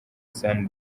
san